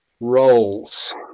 Roles